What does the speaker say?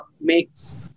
makes